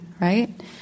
right